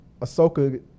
Ahsoka